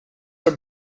are